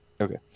Okay